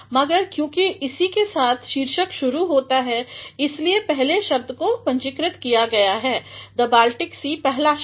मगर क्योंकि इसी के साथ शीर्षक शुरू होता है इसलिए पहले शब्द को पूंजीकृत किया गया हैthe Baltic Sea पहला शब्द